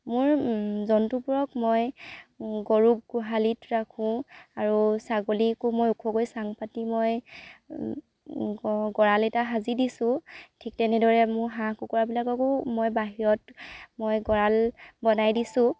মোৰ জন্তুবোৰক মই গৰুক গোহালিত ৰাখোঁ আৰু ছাগলীকো মই ওখকৈ চাং পাতি মই গঁড়াল এটা সাজি দিছোঁ ঠিক তেনেদৰে মোৰ হাঁহ কুকুৰাবিলাককো মই বাহিৰত মই গঁড়াল বনাই দিছোঁ